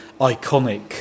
iconic